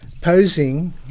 posing